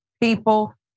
people